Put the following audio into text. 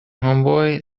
homeboy